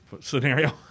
scenario